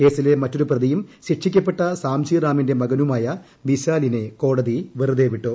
കേസിലെ മറ്റൊരു പ്രതിയും ശിക്ഷിക്കപ്പെട്ട സാഝി റാമിന്റെ മകനുമായ വിശാലിനെ കോടതി വെറൂതെ വിട്ടൂ